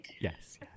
Yes